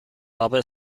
aber